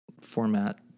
format